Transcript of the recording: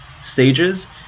stages